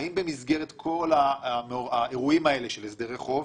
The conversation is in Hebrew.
האם במסגרת כל האירועים האלה של הסדרי חוב